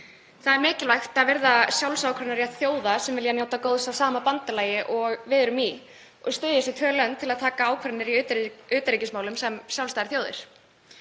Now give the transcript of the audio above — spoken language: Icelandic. Það er mikilvægt að virða sjálfsákvörðunarrétt þjóða sem vilja njóta góðs af sama bandalagi og við erum í og styð ég þessi tvö lönd til að taka ákvarðanir í utanríkismálum sem sjálfstæðar þjóðir.